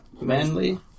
Manly